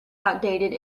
outdated